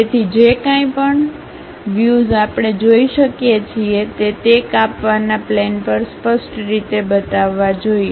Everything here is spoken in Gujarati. તેથી જે કાંઈ પણ વ્યુઝ આપણે જોઈ શકીએ છીએ તે તે કાપવાના પ્લેન પર સ્પષ્ટ રીતે બતાવવા જોઈએ